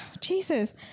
Jesus